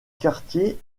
quartier